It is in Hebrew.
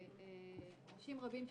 ואנשים רבים,